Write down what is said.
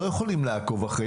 לא יכולים לעקוב אחרי זה,